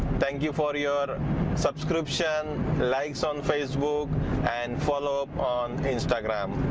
thank you for your subscription likes on facebook and follow up on instagram.